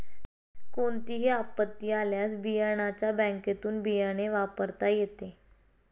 कोणतीही आपत्ती आल्यास बियाण्याच्या बँकेतुन बियाणे वापरता येते